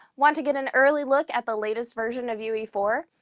want to get an early look at the latest version of u e four?